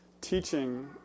teaching